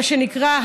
מה שנקרא,